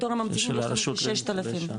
לנו כ-6,000.